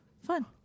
Fun